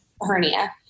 hernia